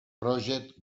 project